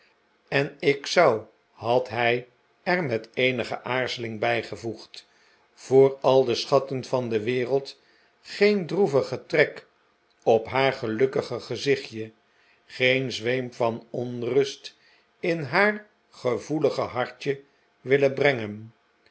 en ik zou had hij er met eenige aarzeling bij gevoegd voor al de schatten van de wereld geen droevigen trek op haar gelukkige gezichtje geen zweem van onrust in haar gevoelige bartje willen brengen